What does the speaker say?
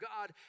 God